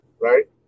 right